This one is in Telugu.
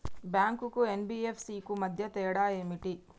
బ్యాంక్ కు ఎన్.బి.ఎఫ్.సి కు మధ్య తేడా ఏమిటి?